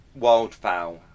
wildfowl